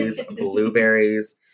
blueberries